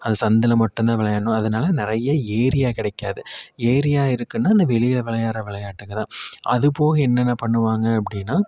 அது சந்தில் மட்டும் தான் விளையாடணும் அதனால நிறைய ஏரியா கிடைக்காது ஏரியா இருக்குன்னா அந்த வெளியில் விளையாடுகிற விளையாட்டுகள் தான் அது போக என்னென்ன பண்ணுவாங்க அப்படினா